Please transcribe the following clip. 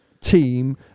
team